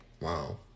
wow